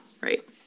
right